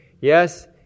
Yes